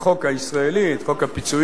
החוק הישראלי, את חוק הפיצויים,